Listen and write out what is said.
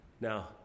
Now